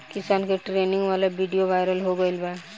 किसान के ट्रेनिंग वाला विडीओ वायरल हो गईल बा